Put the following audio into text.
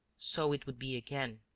so it would be again.